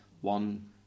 one